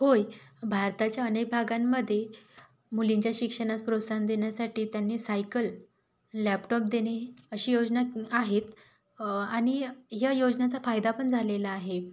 होय भारताच्या अनेक भागांमध्ये मुलींच्या शिक्षणास प्रोत्साहन देण्यासाठी त्यांना सायकल लॅपटॉप देणे अशी योजना आहे आणि ह्या योजनांचा फायदा पण झालेला आहे